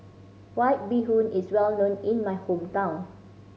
White Bee Hoon is well known in my hometown